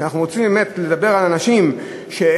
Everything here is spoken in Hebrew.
אנחנו רוצים באמת לדבר על אנשים שהם,